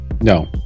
No